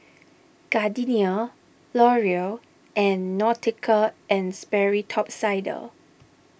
Gardenia Laurier and Nautica and Sperry Top Sider